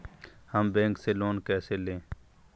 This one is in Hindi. हम बैंक से लोन कैसे लें?